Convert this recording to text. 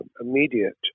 immediate